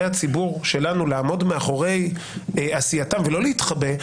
הציבור שלנו לעמוד מאחורי עשייתם ולא להתחבא,